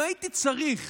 אם הייתי צריך